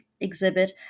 exhibit